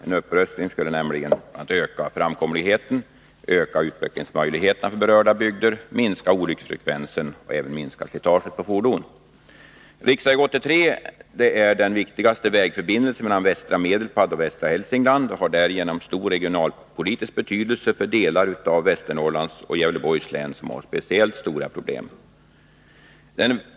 En upprustning skulle nämligen bl.a. öka framkomligheten, öka utvecklingsmöjligheterna för berörda bygder, minska olycksfrekvensen och även minska slitaget på fordonen. Riksväg 83 är den viktigaste vägförbindelsen mellan västra Medelpad och västra Hälsingland och har därigenom stor regionalpolitisk betydelse för delar av Västernorrlands och Gävleborgs län, som har speciellt stora problem.